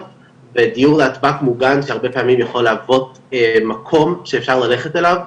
ודיור להטב"ק מוגן שהרבה פעמים יכול להוות מקום שאפשר ללכת אליו,